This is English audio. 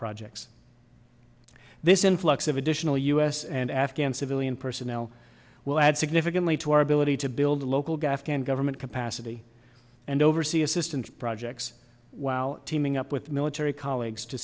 projects this influx of additional u s and afghan civilian personnel will add significantly to our ability to build a local guy afghan government capacity and oversee assistance projects while teaming up with military colleagues to